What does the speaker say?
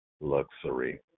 luxury